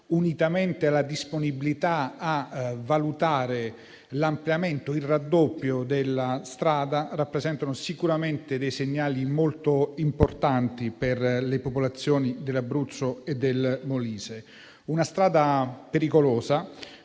unitamente alla disponibilità a valutare il raddoppio della strada, rappresentano sicuramente segnali molto importanti per le popolazioni dell'Abruzzo e del Molise. Parliamo di una strada pericolosa,